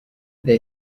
they